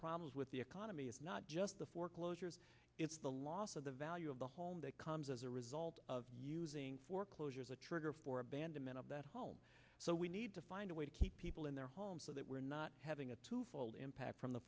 problems with the economy is not just the foreclosures it's the loss of the value of the home that comes as a result of using foreclosures a trigger for abandonment of that home so we need to find a way to keep people in their homes so that we're not having a two fold impact from the